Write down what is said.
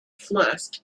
flask